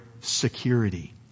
security